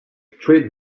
street